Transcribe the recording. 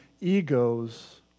egos